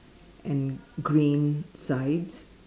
and green sides